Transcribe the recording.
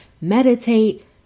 meditate